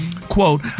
quote